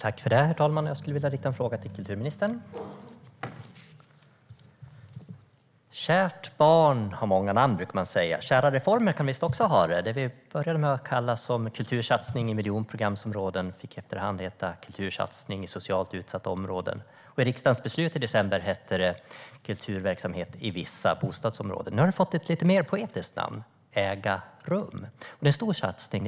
Herr talman! Jag skulle vilja rikta en fråga till kulturministern. Kärt barn har många namn, brukar man säga. Kära reformer kan visst också ha det. Det vi började med att kalla för en kultursatsning i miljonprogramsområden fick efter hand betecknas som kultursatsning i socialt utsatta områden. I riksdagens beslut i december hette det "kulturverksamhet i vissa bostadsområden". Nu har satsningen fått ett lite mer poetiskt namn, Äga rum. Det är en stor satsning.